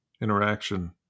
interaction